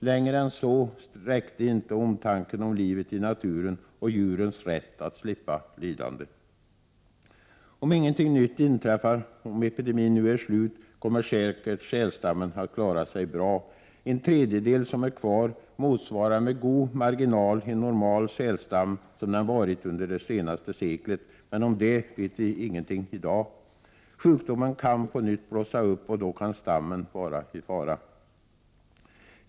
Längre än så räckte inte omtanken om livet i naturen och djurens rätt att slippa lidande. Om ingenting nytt inträffar och om epidemin nu är slut kommer säkert sälstammen att klara sig bra. Den tredjedel, som är kvar, motsvarar med god marginal en normal sälstam som den varit under det senaste seklet. Men om det vet vi ingenting i dag. Sjukdomen kan på nytt blossa upp och då kan stammen vara i fara.